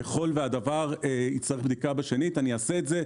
ככל והדבר יצטרך בדיקה בשנית, אני אעשה את זה.